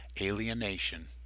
alienation